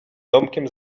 domkiem